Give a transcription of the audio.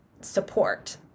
support